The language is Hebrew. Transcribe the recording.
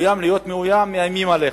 להיות מאוים, מאיימים עליך.